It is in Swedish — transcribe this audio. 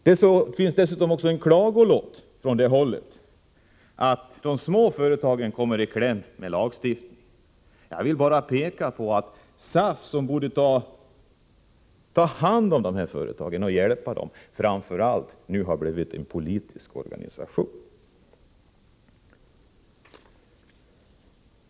Det hörs också en klagolåt om att de små företagen kommer i kläm vid lagstiftning. Jag vill bara peka på att SAF, som borde ta hand om och hjälpa dessa företag, nu framför allt har blivit en politisk organisation.